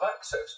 access